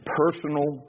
personal